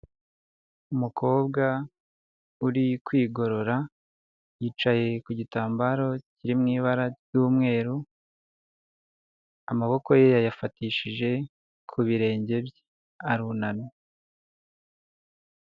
Umukobwa uri kwigorora yicaye ku gitambaro kiri mu ibara ry'umweru amaboko ye yayafatishije ku birenge bye arunamye.